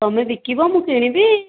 ତୁମେ ବିକିବ ମୁଁ କିଣିବି